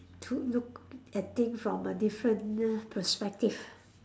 to look at thing from a different perspective